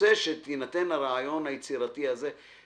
רוצה שיינתן הרעיון היצירתי הזה.